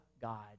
God